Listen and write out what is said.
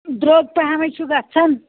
درٛۅگ پَہم ہے چھُ گژھان